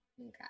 Okay